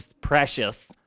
precious